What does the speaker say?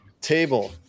table